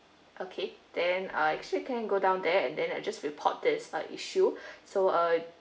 okay then uh actually can you go down and that just report that's uh issue so uh